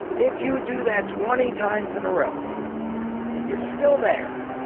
if you do that twenty times in a row and you're still there,